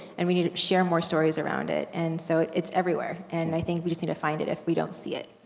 and we need to share more stories around it. and so, it's everywhere, and i think we just need to find it if we don't see it,